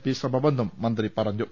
P ശ്രമമെന്നും മന്ത്രി പറഞ്ഞു